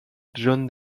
john